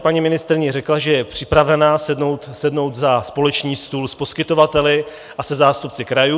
Paní ministryně řekla, že je připravena sednout za společný stůl s poskytovateli a se zástupci krajů.